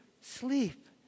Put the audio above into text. sleep